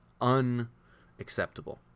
unacceptable